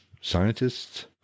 Scientists